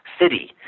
city